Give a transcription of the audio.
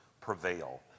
prevail